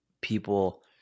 people